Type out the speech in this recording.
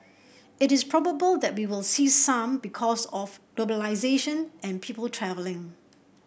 it is probable that we will see some because of globalisation and people travelling